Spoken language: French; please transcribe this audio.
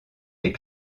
des